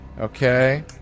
Okay